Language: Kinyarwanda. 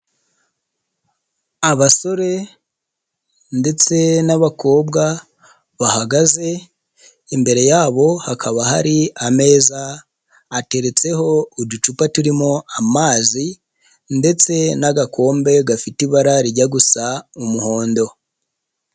Abasore ndetse n'abakobwa bahagaze, imbere yabo hakaba hari ameza, ateretseho uducupa turimo amazi ndetse n'agakombe gafite ibara rijya gusa umuhondo.